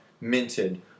minted